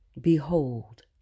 Behold